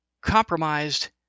compromised